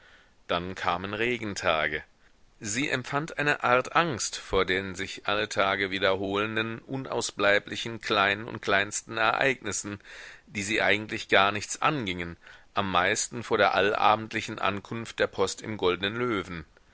dann kamen regentage sie empfand eine art angst vor den sich alle tage wiederholenden unausbleiblichen kleinen und kleinsten ereignissen die sie eigentlich gar nichts angingen am meisten vor der allabendlichen ankunft der post im goldnen löwen